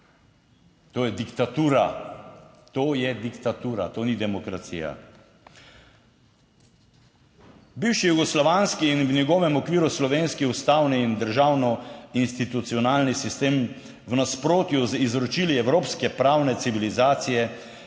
To je diktatura, to je diktatura, to ni demokracija. Bivši jugoslovanski in v njegovem okviru slovenski ustavni in državno institucionalni sistem v nasprotju z izročili evropske pravne civilizacije